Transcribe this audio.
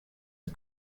who